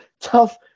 tough